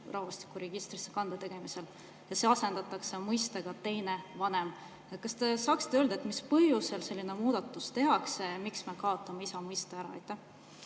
rahvastikuregistrisse kande tegemisel, see asendatakse mõistega "teine vanem". Kas te saaksite öelda, mis põhjusel selline muudatus tehakse? Miks me kaotame isa mõiste ära?